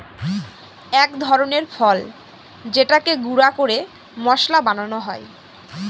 এক ধরনের ফল যেটাকে গুঁড়া করে মশলা বানানো হয়